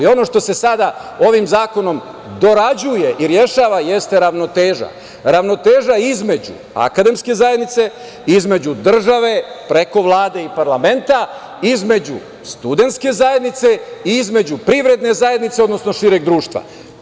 Ono što se sada ovim zakonom dorađuje i rešava jeste ravnoteža između akademske zajednice, između države, preko Vlade i parlamenta, između studentske zajednice i između privredne zajednice, odnosno šireg društva.